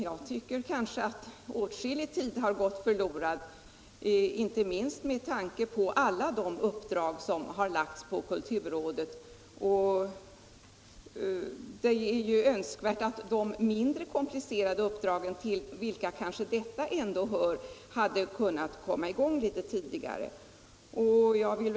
Jag tycker att åtskillig tid har gått förlorad — inte minst med tanke på alla de uppdrag som har lagts på kulturrådet. Det vore önskvärt om de mindre komplicerade uppdragen, till vilka kanske detta ändå hör, kunde komma i gång litet tidigare än de har gjort.